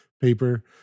paper